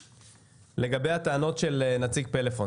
לגבי הטענות של נציג פלאפון.